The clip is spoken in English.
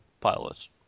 pilots